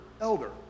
elder